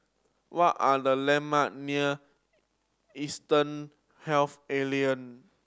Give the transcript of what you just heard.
what are the landmark near Eastern Health Alliance